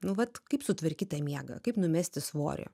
nu vat kaip sutvarkyt tą miegą kaip numesti svorį